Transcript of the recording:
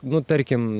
nu tarkim